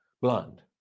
blind